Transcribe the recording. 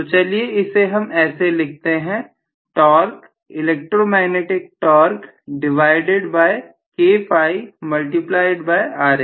तो चलिए इसे हम ऐसे लिखते हैं torque electromagnetic torque divided by k phi multiplied by Ra